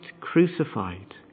crucified